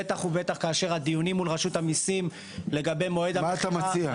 בטח ובטח כאשר הדיונים מול רשות המיסים לגבי מועד המכירה,